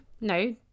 no